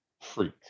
freak